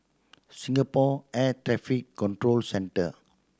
Singapore Air Traffic Control Centre